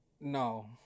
No